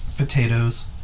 Potatoes